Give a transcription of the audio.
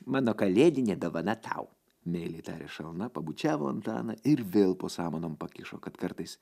mano kalėdinė dovana tau meiliai tarė šalna pabučiavo antaną ir vėl po samanom pakišo kad kartais